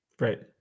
Right